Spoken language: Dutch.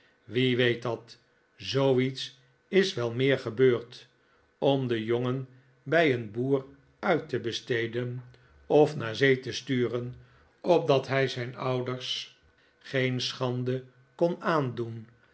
wie weet dat zooiets is wel meer gebeurd om den jongen bij een boer uit te besteden of naar zee te sturen opdat hij zijn ouders geen schande kon aandoen